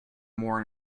more